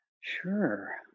Sure